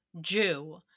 Jew